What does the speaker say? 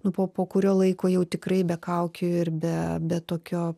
nu po po kurio laiko jau tikrai be kaukių ir be be tokio